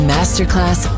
Masterclass